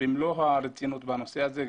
פעולה במלוא הרצינות בנושא הזה.